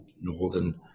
northern